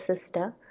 sister